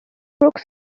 brooks